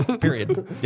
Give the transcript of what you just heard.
Period